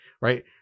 right